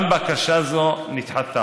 גם בקשה זו נדחתה,